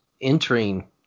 entering